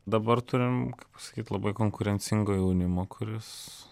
dabar turim kaip pasakyt labai konkurencingo jaunimo kuris